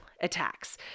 attacks